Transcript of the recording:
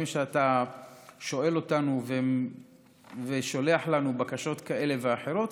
שאתה שואל אותנו ושולח לנו בקשות כאלה ואחרות.